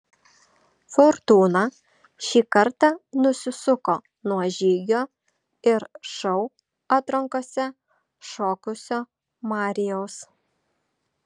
fortūna šį kartą nusisuko nuo žygio ir šou atrankose šokusio marijaus